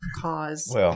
cause